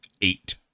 eight